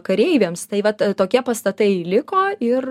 kareiviams tai vat tokie pastatai liko ir